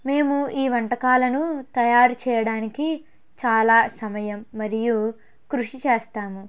మేము ఈ వంటకాలను తయారు చేయడానికి చాలా సమయం మరియు కృషి చేస్తాము